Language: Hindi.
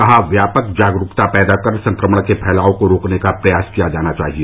कहा व्यापक जागरूकता पैदा कर संक्रमण के फैलाव को रोकने का प्रयास किया जाना चाहिए